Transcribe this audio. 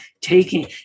taking